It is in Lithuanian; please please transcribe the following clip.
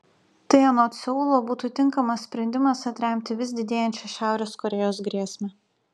tai anot seulo būtų tinkamas sprendimas atremti vis didėjančią šiaurės korėjos grėsmę